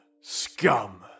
scum